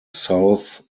south